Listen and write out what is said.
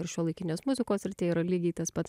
ir šiuolaikinės muzikos ir tai yra lygiai tas pat